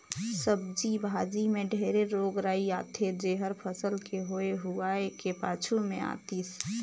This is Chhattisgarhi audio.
सब्जी भाजी मे ढेरे रोग राई आथे जेहर फसल के होए हुवाए के पाछू मे आतिस